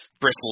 bristled